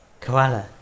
Koala